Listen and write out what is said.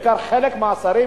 בעיקר חלק מהשרים.